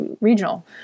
regional